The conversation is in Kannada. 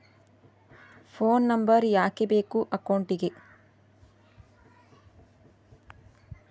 ಫೋನ್ ನಂಬರ್ ಯಾಕೆ ಬೇಕು ಅಕೌಂಟಿಗೆ?